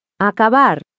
Acabar